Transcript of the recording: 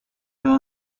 there